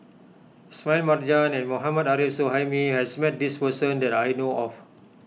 Smail Marjan and Mohammad Arif Suhaimi has met this person that I know of